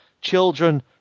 children